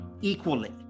equally